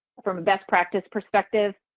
from a best practice perspective,